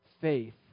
faith